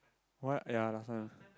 what ya last time